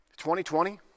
2020